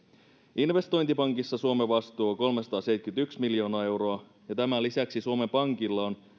investointipankissa suomen vastuu on kolmesataaseitsemänkymmentäyksi miljoonaa euroa ja tämän lisäksi suomen pankilla on